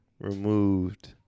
removed